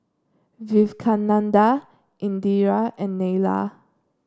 Vivekananda Indira and Neila